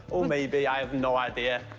oh, maybe. i have no idea.